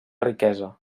riquesa